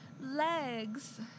Legs